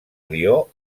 lió